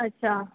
अच्छा